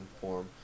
form